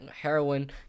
heroin